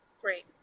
Great